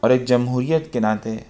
اور ایک جمہوریت کے ناطے